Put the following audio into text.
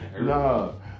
No